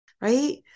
Right